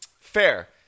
Fair